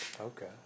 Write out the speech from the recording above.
Okay